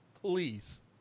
Please